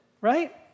right